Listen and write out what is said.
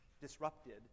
disrupted